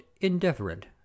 indifferent